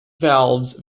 valves